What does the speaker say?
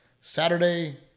Saturday